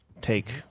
take